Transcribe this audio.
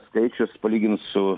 skaičius palyginus su